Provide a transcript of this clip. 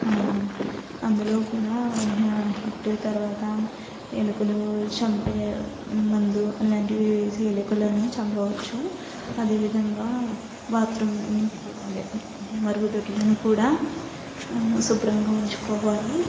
అందులో కూడా హిట్ తరువాత ఎలుకలు చంపే మందు అలాంటివి వేసి ఎలుకలను చంపవచ్చు అదే విధంగా బాత్రూముని అదే మరుగుదొడ్లను కూడా శుభ్రంగా ఉంచుకోవాలి